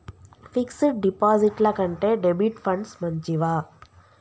Fix డ్ డిపాజిట్ల కంటే డెబిట్ ఫండ్స్ మంచివా?